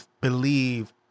believe